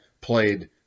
played